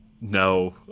no